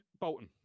Bolton